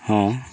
ᱦᱮᱸ